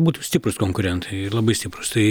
būtų stiprūs konkurentai labai stiprūs tai